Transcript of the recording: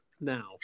now